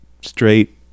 straight